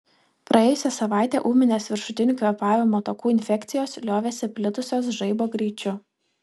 praėjusią savaitę ūminės viršutinių kvėpavimo takų infekcijos liovėsi plitusios žaibo greičiu